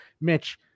Mitch